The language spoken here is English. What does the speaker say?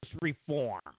reform